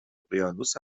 اقیانوس